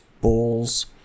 balls